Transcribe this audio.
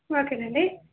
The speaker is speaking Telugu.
ఓకేనండి